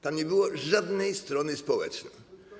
Tam nie było żadnej strony społecznej.